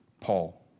Paul